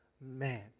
man